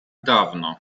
dawno